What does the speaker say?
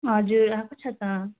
हजुर आएको छु त